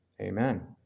Amen